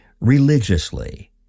religiously